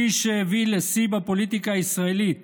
מי שהביא לשיא בפוליטיקה הישראלית